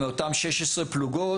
אותן 16 פלוגות,